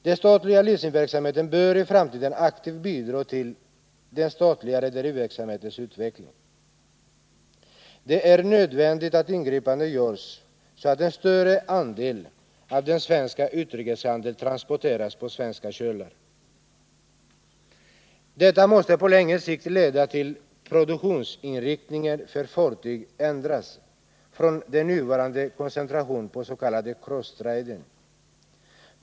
Den statliga leasingverksamheten bör i framtiden aktivt bidra till den statliga rederiverksamhetens utveckling. Det är nödvändigt att ingripanden görs så att en större andel av den svenska utrikeshandeln transporteras på svenska kölar. Detta måste på längre sikt leda till att produktionsinriktningen för fartyg ändras från den nuvarande koncentrationen på s.k. cross-trading.